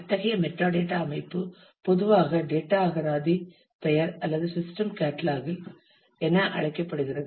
அத்தகைய மெட்டாடேட்டா அமைப்பு பொதுவாக டேட்டா அகராதி பெயர் அல்லது சிஸ்டம் கேட்டலாக் கள் என அழைக்கப்படுகிறது